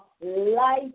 light